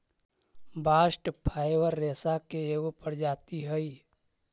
bast fibre रेसा के एगो प्रजाति हई